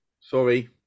sorry